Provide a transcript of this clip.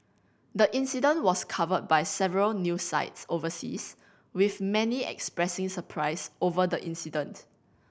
the incident was covered by several news sites overseas with many expressing surprise over the incident